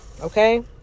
okay